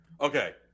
okay